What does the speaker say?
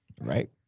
Right